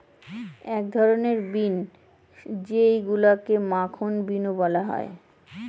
এক ধরনের বিন যেইগুলাকে মাখন বিনও বলা হয়